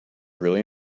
really